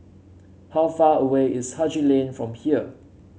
how far away is Haji Lane from here